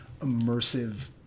immersive